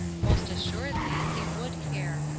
most assuredly he would care.